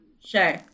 sure